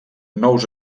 nous